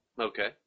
Okay